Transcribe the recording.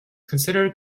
consider